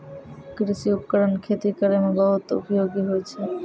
कृषि उपकरण खेती करै म बहुत उपयोगी होय छै